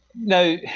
Now